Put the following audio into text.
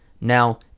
Now